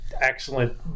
excellent